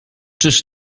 czyż